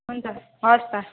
हुन्छ हवस् त